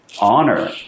honor